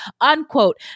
unquote